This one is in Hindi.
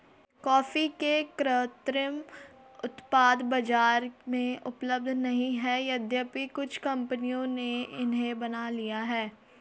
कॉफी के कृत्रिम उत्पाद बाजार में उपलब्ध नहीं है यद्यपि कुछ कंपनियों ने इन्हें बना लिया है